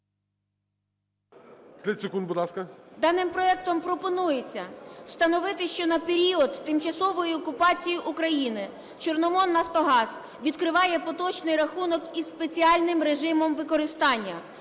Даним проектом пропонується встановити, що на період тимчасової окупації України "Чорноморнафтогаз" відкриває поточний рахунок із спеціальним режимом використання